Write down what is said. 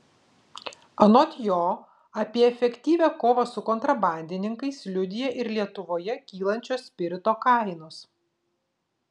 anot jo apie efektyvią kovą su kontrabandininkais liudija ir lietuvoje kylančios spirito kainos